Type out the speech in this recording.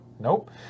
Nope